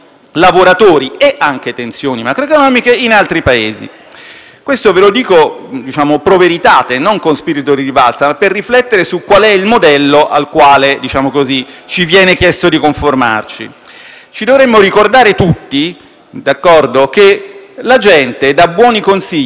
Questo lo dico *pro veritate,* non con spirito di rivalsa, ma per riflettere su qual è il modello al quale ci viene chiesto di conformarci. Dovremmo ricordarci tutti che la gente dà buoni consigli quando non può più dare il cattivo esempio, e i due firmatari della lettera